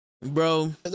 Bro